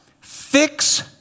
Fix